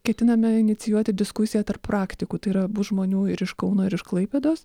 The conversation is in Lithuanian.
ketiname inicijuoti diskusiją tarp praktikų tai yra bus žmonių ir iš kauno ir iš klaipėdos